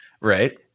right